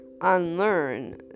unlearn